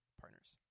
partners